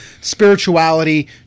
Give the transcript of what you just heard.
spirituality